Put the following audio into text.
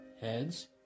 Heads